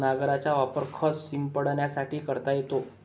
नांगराचा वापर खत शिंपडण्यासाठी करता येतो